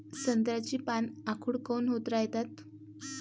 संत्र्याची पान आखूड काऊन होत रायतात?